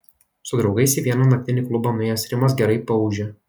su draugais į vieną naktinį klubą nuėjęs rimas gerai paūžė